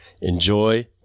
enjoy